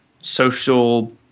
social